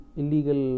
illegal